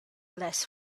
less